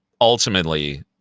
Ultimately